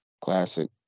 Classic